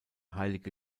heilige